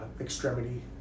extremity